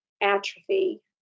atrophy